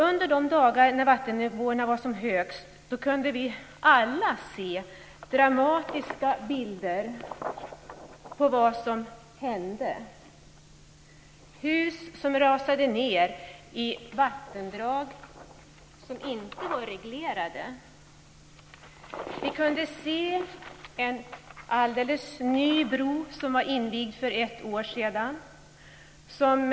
Under de dagar när vattennivåerna var som högst kunde vi alla se dramatiska bilder på vad som hände - hus som rasade ned i vattendrag som inte var reglerade. Vi kunde se en alldeles ny bro som invigdes för ett år sedan och som rasade.